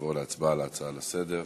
נעבור להצבעה על ההצעות לסדר-היום.